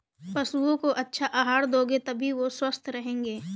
पशुओं को अच्छा आहार दोगे तभी वो स्वस्थ रहेंगे